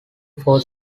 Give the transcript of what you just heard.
four